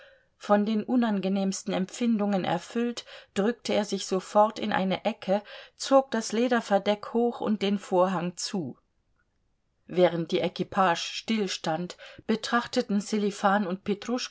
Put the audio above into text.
von den unangenehmsten empfindungen erfüllt drückte er sich sofort in eine ecke zog das lederverdeck hoch und den vorhang zu während die equipage stillstand betrachteten sselifan und